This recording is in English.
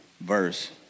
verse